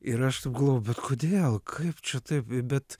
ir aš suglumau bet kodėl kaip čia taip bet